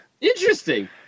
Interesting